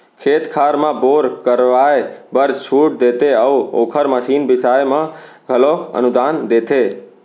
खेत खार म बोर करवाए बर छूट देते अउ ओखर मसीन बिसाए म घलोक अनुदान देथे